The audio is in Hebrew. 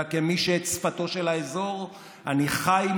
אלא כמי שאת שפתו של האזור אני חי,